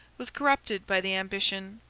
was corrupted by the ambition,